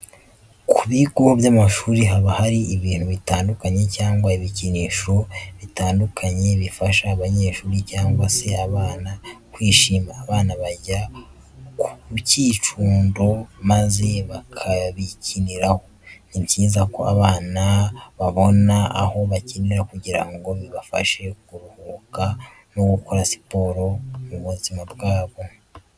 Ku bigo by'amashuri haba hari ibintu bitandukanye cyangwa ibikinisho bitandukanye, bifasha abanyeshuri cyangwa se abana kwishima. Abana bajya ku byicundo maze bakabikiniraho. Ni byiza ko abana babona aho bakinira kugira ngo bibafashe kuruhuka no gukora siporo mu buzima bwabo.